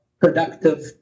productive